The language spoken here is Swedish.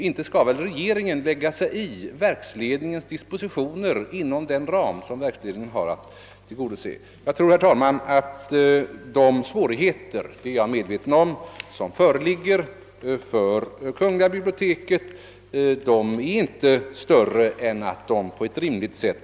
Inte skall väl regeringen lägga sig i verksledningens dispositioner härvidlag? Jag tror, herr talman, att de svårigheter som föreligger — jag är medveten om dem — för kungl. biblioteket inte är större än att de kan lösas på ett rimligt sätt.